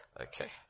Okay